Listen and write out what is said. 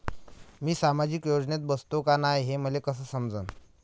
मी सामाजिक योजनेत बसतो का नाय, हे मले कस समजन?